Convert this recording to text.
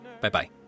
Bye-bye